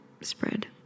spread